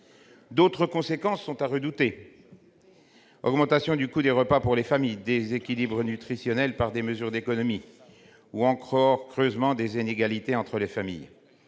D'autres conséquences sont à redouter : augmentation du coût des repas pour les familles, déséquilibre nutritionnel du fait de mesures d'économies, ou encore creusement des inégalités entre les familles.